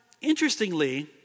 interestingly